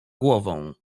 głową